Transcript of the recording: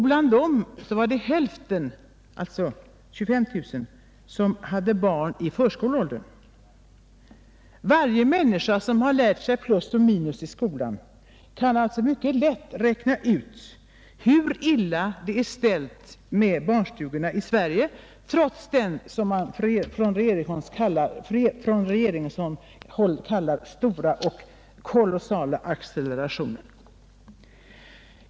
Bland dem var det hälften, alltså 25 000, som hade barn i föreskoleåldern. Varje människa som har lärt sig plus och minus i skolan kan alltså mycket lätt räkna ut hur illa det är ställt med barnstugorna i Sverige trots den stora och kolossala acceleration som man talar om från regeringshåll.